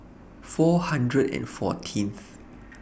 four hundred and fourteenth